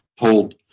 told